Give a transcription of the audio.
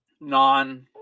non